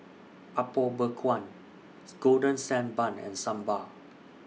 Apom Berkuah Golden Sand Bun and Sambal